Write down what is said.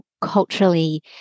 culturally